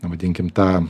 vadinkim tą